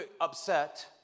upset